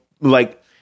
like-